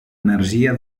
energia